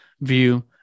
view